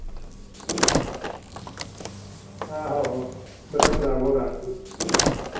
आहो आहो बसंत राम होर हां